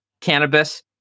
cannabis